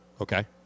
okay